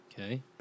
Okay